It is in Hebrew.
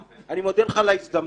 אני מודה לך על ההזדמנות.